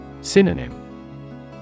Synonym